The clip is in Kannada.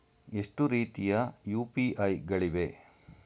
ಎಷ್ಟು ರೀತಿಯ ಯು.ಪಿ.ಐ ಗಳಿವೆ?